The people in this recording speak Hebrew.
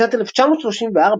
בשנת 1934,